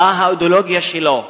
מה האידיאולוגיה שלו.